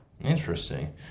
Interesting